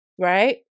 right